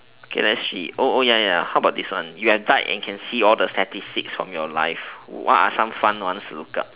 okay let's see ya ya how about this one you have died and can see all the statistics from your life what are some fun ones to look up